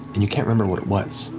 and you can't remember what it was.